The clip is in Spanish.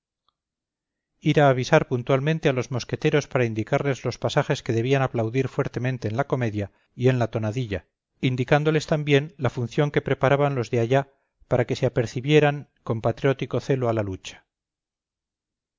ir a avisar puntualmente a los mosqueteros para indicarles los pasajes que debían aplaudir fuertemente en la comedia y en la tonadilla indicándoles también la función que preparaban los de allá para que se apercibieran con patriótico celo a la lucha